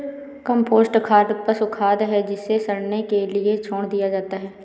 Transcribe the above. compost खाद पशु खाद है जिसे सड़ने के लिए छोड़ दिया जाता है